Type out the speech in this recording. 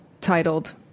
titled